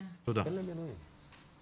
בבקשה.